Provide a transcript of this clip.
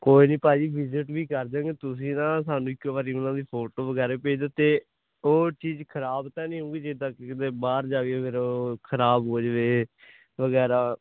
ਕੋਈ ਨੀ ਭਾਅ ਜੀ ਵਿਜਿਟ ਵੀ ਕਰ ਦਿਆਗੇ ਤੁਸੀਂ ਤਾਂ ਸਾਨੂੰ ਇੱਕ ਵਾਰੀ ਉਹਨਾਂ ਦੀ ਫੋਟੋ ਵਗੈਰਾ ਭੇਜ ਦੋ ਤੇ ਉਹ ਚੀਜ਼ ਖਰਾਬ ਤਾਂ ਨਹੀਂ ਹੋਊਗੀ ਜੇ ਤੱਕ ਕਿਤੇ ਬਾਹਰ ਜਾ ਕੇ ਫਿਰ ਉਹ ਖਰਾਬ ਹੋ ਜਾਵੇ ਵਗੈਰਾ